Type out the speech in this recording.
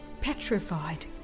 petrified